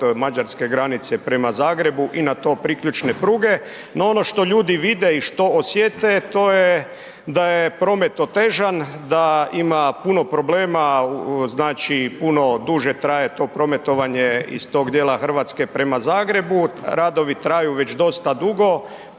od Mađarske granice prema Zagrebu i na to priključne pruge no ono što ljudi vide i što osjete, to je da je promet otežan, da ima puno problema, znači puno duže traje to prometovanje iz tog djela Hrvatske prema Zagrebu, radovi traju već dosta dugo,